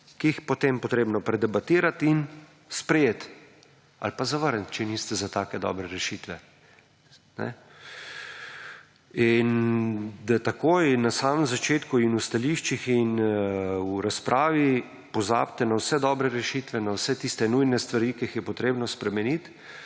ki jih je potem potrebno predebatirati in sprejeti ali pa zavrniti, če niste za take dobre rešitve. In da takoj na samem začetku in v stališčih in v razpravi pozabite na vse dobre rešitve, na vse tiste nujne stvar, ki jih je potrebno spremeniti,